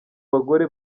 bagore